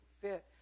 fit